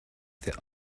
their